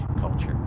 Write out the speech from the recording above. culture